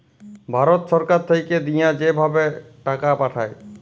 ভারত ছরকার থ্যাইকে দিঁয়া যে ভাবে টাকা পাঠায়